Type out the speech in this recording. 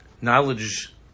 Knowledge